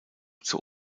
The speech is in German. zur